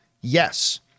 Yes